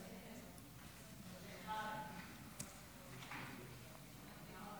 אדוני היושב בראש, שרות נכבדות, כנסת